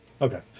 Okay